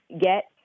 get